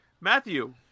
Matthew